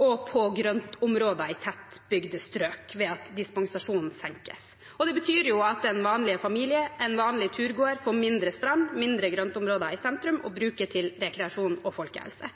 og på grøntområder i tettbygde strøk, ved at dispensasjonskravene senkes. Det betyr at en vanlig familie, en vanlig turgåer, får mindre strand, mindre grøntområder i sentrum å bruke til rekreasjon og folkehelse.